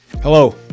Hello